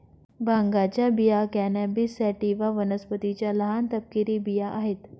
भांगाच्या बिया cannabis sativa वनस्पतीच्या लहान, तपकिरी बिया आहेत